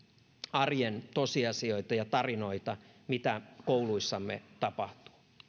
arjen tosiasioita ja tarinoita mitä kouluissamme tapahtuu